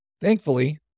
Thankfully